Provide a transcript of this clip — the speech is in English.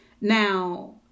Now